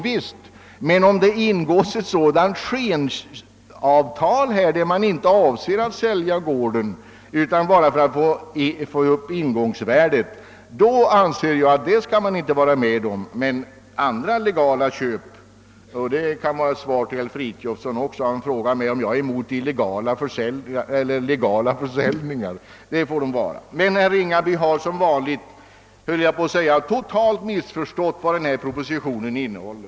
Visst får han det, men jag anser att vi inte skall vara med om att det ingås skenavtal där avsikten inte är att sälja gården utan endast att få upp ingångsvärdet. Detta kan också vara svaret till herr Fridolfsson i Stockholm, som frågade om jag är emot legala försäljningar. Herr Ringaby har — som vanligt, höll jag på att säga — totalt missförstått vad propositionen innehåller.